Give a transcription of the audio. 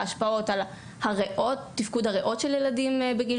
ההשפעות על תפקוד הריאות של ילדים בגיל